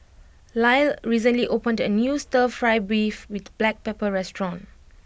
Lyle recently opened a new Stir Fry Beef with Black Pepper restaurant